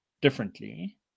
differently